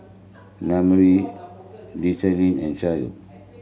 Naomi Desean and Shayla